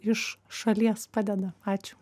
iš šalies padeda ačiū